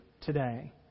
today